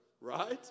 right